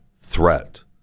threat